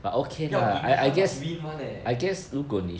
要赢他 must win [one] leh